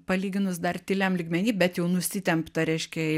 palyginus dar tyliam lygmeny bet jau nusitempta reiškia